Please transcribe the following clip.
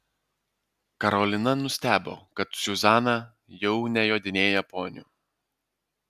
karolina nustebo kad zuzana jau nejodinėja poniu